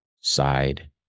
side